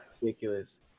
ridiculous